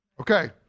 okay